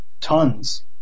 tons